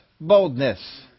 boldness